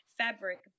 fabric